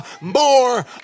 more